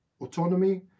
autonomy